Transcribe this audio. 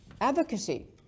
advocacy